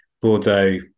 Bordeaux